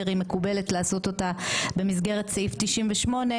היא מקובלת לעשות אותה במסגרת סעיף 98,